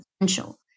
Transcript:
potential